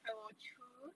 I will choose